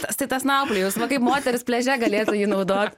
tas tai tas nauplijus va kaip moterys pliaže galėtų naudot